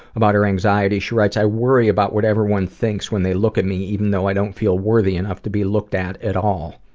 about her anxiety she writes, i worry about what everyone thinks when they look at me even though i don't feel worthy enough to be looked at at all.